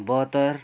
बहत्तर